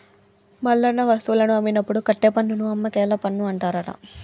మల్లన్న వస్తువులను అమ్మినప్పుడు కట్టే పన్నును అమ్మకేల పన్ను అంటారట